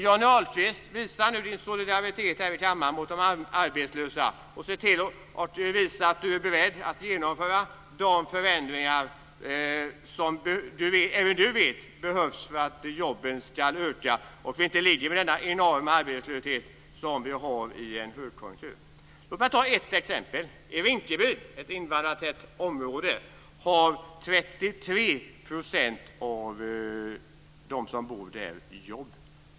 Johnny Ahlqvist får nu visa sin solidaritet mot de arbetslösa och se till att han är beredd att genomföra de förändringar som även han vet behövs för att antalet jobb ska öka så att vi inte ska ligga med den enorma arbetslöshet som vi har i en högkonjunktur. Låt mig ta ett exempel. I Rinkeby, ett invandrartätt område, har 33 % av dem som bor där jobb.